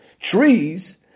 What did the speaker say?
trees